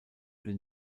den